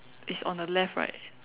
it's on the left right